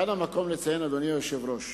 כאן המקום לציין, אדוני היושב-ראש